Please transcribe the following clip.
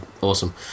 awesome